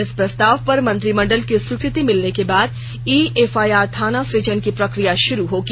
इस प्रस्ताव पर मंत्रिमंडल की स्वीकृति भिलने के बाद ई एफआईआर थाना सृजन की प्रकिया भाुरू होगी